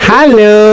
Hello